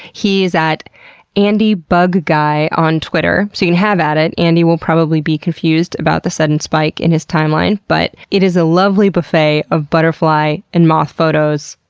he's at andybugguy on twitter. so you can have at it andy will probably be confused about the sudden spike in his timeline, but it is a lovely buffet of butterfly and moth photos.